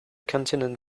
continent